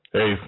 Hey